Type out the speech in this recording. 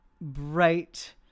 bright